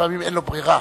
לפעמים אין לו ברירה.